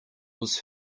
was